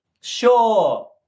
Sure